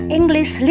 English